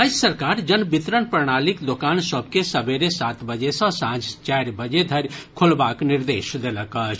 राज्य सरकार जन वितरण प्रणालीक दोकान सभ के सबेरे सात बजे सँ सांझ चारि बजे धरि खोलबाक निर्देश देलक अछि